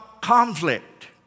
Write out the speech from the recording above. conflict